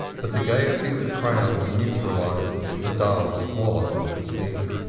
but the gayety of the crowds neutralized the dull squalor of the scene.